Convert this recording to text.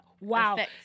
wow